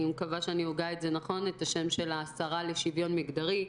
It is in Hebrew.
השרה לשוויון מגדרי,